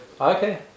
Okay